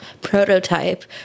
prototype